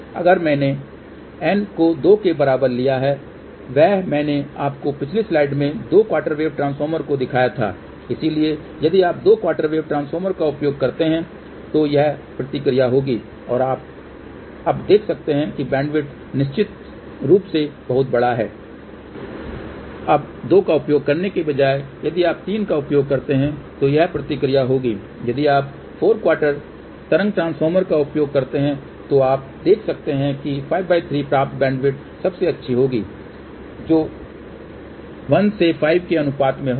अगर हमने n को 2 के बराबर लिया है वह मैंने आपको पिछली स्लाइड में दो क्वार्टर वेव ट्रांसफार्मर को दिखाया था इसलिए यदि आप दो क्वार्टर वेव ट्रांसफार्मर का उपयोग करते हैं तो यह प्रतिक्रिया होगी और आप अब देख सकते हैं बैंडविड्थ निश्चित रूप से बहुत बड़ा है अब 2 का उपयोग करने के बजाय यदि आप 3 का उपयोग करते हैं तो यह प्रतिक्रिया होगी यदि आप 4 क्वार्टर तरंग ट्रांसफार्मर का उपयोग करते हैं तो आप देख सकते हैं कि 53 प्राप्त बैंडविड्थ सबसे अधिक होगी जो 1 से 5 के अनुपात में होगा